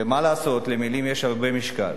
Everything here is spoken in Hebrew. ומה לעשות, למלים יש הרבה משקל.